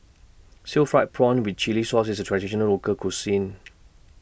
Stir Fried Prawn with Chili Sauce IS A Traditional Local Cuisine